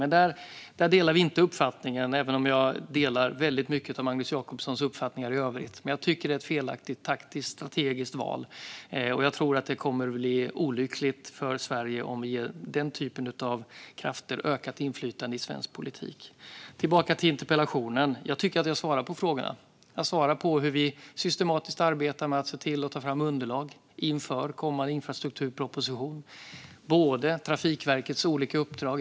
Men där delar Magnus Jacobsson inte min uppfattning, även om jag delar mycket av Magnus Jacobssons uppfattningar i övrigt. Jag tycker att det är ett felaktigt taktiskt och strategiskt val. Jag tror att det kommer att bli olyckligt för Sverige om vi ger den typen av krafter ökat inflytande i svensk politik. Tillbaka till interpellationen: Jag tycker att jag har svarat på frågorna. Jag har svarat på hur vi systematiskt arbetar med att ta fram underlag inför kommande infrastrukturproposition och med Trafikverkets olika uppdrag.